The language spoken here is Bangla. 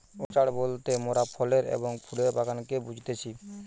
অর্চাড বলতে মোরাফলের এবং ফুলের বাগানকে বুঝতেছি